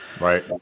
right